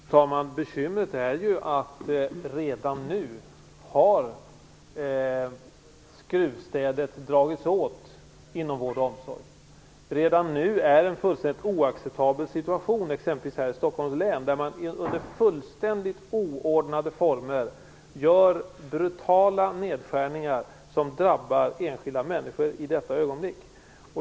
Fru talman! Bekymret är ju att skruvstädet redan har dragits åt inom vård och omsorg. Redan nu är det en fullständigt oacceptabel situation exempelvis här i Stockholms län, där man under fullständigt oordnade former gör brutala nedskärningar, som drabbar enskilda människor i detta ögonblick.